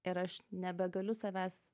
ir aš nebegaliu savęs